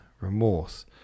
remorse